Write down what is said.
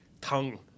tongue